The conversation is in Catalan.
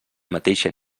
mateixa